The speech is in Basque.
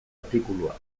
artikulua